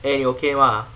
eh you okay 吗